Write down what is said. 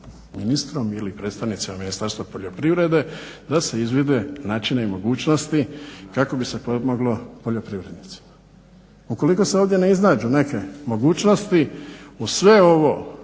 ministrom ili predstavnicima Ministarstva poljoprivrede da se izvide načini i mogućnosti kako bi se pomoglo poljoprivrednicima. Ukoliko se ovdje ne iznađu neke mogućnosti uz sve ovo